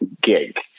gig